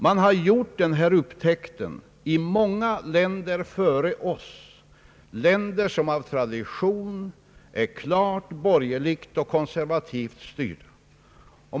Man har gjort den här upptäckten i många länder före oss, länder som av tradition är klart borgerligt och konservativt styrda.